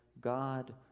God